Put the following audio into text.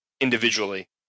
individually